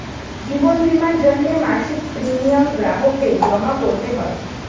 জীবন বীমার জন্যে মাসিক প্রিমিয়াম গ্রাহকদের জমা করতে হয়